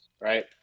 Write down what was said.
right